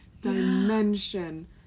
dimension